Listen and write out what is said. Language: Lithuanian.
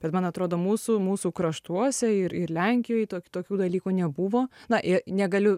bet man atrodo mūsų mūsų kraštuose ir ir lenkijoj tokių tokių dalykų nebuvo na ė negaliu